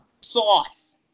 sauce